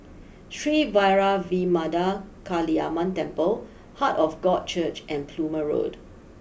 Sri Vairavimada Kaliamman Temple Heart of God Church and Plumer Road